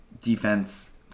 defense